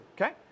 okay